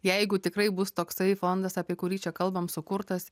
jeigu tikrai bus toksai fondas apie kurį čia kalbam sukurtas